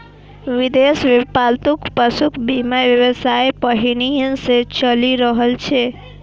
विदेश मे पालतू पशुक बीमा व्यवसाय पहिनहि सं चलि रहल छै